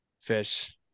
fish